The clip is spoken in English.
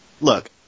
Look